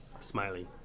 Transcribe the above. Smiley